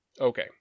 Okay